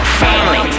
family